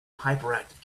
hyperactive